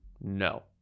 No